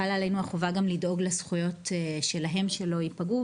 חלה עלינו החובה לדאוג גם לזכויות שלהם שלא יפגעו